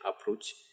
approach